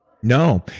no.